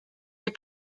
des